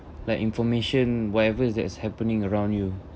like information whatever that's happening around you